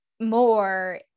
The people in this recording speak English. more